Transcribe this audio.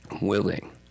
willing